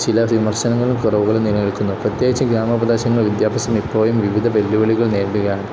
ചില വിമർശനങ്ങളും കുറവുകളും നിലനിൽക്കുന്നു പ്രത്യേകിച്ച് ഗ്രാമപ്രദേശങ്ങളില് വിദ്യാഭ്യാസം ഇപ്പോഴും വിവിധ വെല്ലുവിളികൾ നേരിടുകയാണ്